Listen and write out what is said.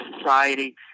society